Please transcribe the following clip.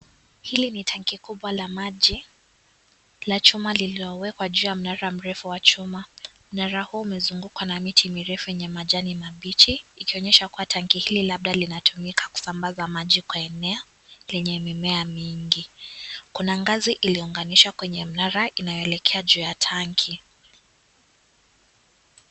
Hili ni tanki kubwa la maji la chuma lililowekwa juu ya mnara mrefu wa chuma. Mnara umezungukwa na miti mirefu yenye majani mabichi, ikionyesha tanki hili labda linatumika kusambaza maji kwa eneo lenye mimea mingi. Kuna ngazi iliyounganishwa kwenye mnara inayoelekea kwenye tanki